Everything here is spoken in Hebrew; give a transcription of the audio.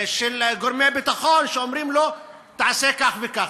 של גורמי ביטחון שאומרים לו, תעשה כך וכך.